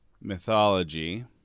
mythology